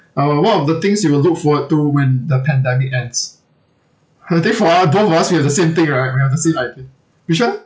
uh what are the things you will look forward to when the pandemic ends I think for us both of us we have the same thing right we have the same idea you sure